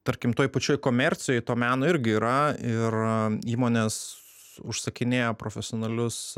tarkim toj pačioj komercijoj to meno irgi yra ir įmonės užsakinėja profesionalius